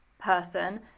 person